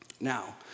Now